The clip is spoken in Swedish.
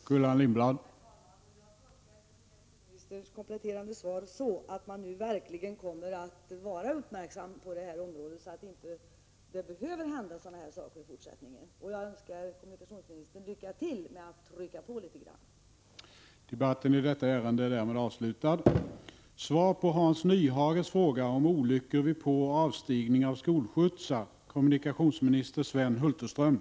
Herr talman! Jag tolkar kommunikationsministerns kompletterande svar så, att man nu verkligen kommer att vara uppmärksam på det här förhållandet, så att sådana här saker inte behöver hända i fortsättningen, och jag önskar kommunikationsministern lycka till när det gäller att trycka på litet grand.